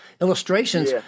illustrations